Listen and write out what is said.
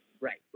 right